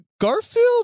Garfield